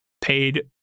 paid